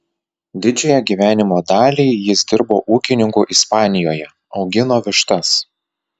didžiąją gyvenimo dalį jis dirbo ūkininku ispanijoje augino vištas